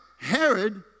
Herod